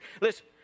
Listen